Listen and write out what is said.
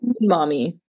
mommy